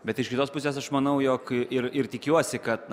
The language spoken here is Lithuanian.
bet iš kitos pusės aš manau jog ir ir tikiuosi kad